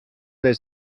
les